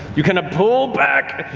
you kind of pull back,